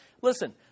Listen